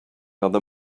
other